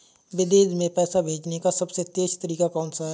विदेश में पैसा भेजने का सबसे तेज़ तरीका कौनसा है?